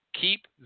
Keep